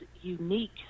unique